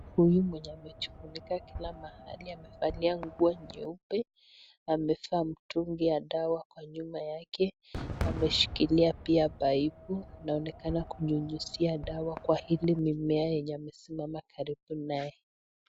Huyu mwenye amejifunika kila mahali amevalia nguo nyeupe, amevaa mtungi ya dawa kwa nyuma yake ,amemshikilia pia paipu ,anaonekana kunyunyizia dawa kwa hili mimea yenye amesimama karibu naye.